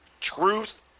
truth